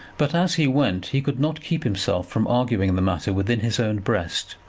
but as he went he could not keep himself from arguing the matter within his own breast.